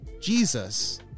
Jesus